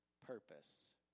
purpose